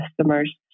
customers